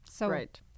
Right